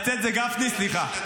לא, יתד זה גפני, סליחה.